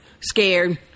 scared